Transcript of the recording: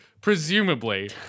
presumably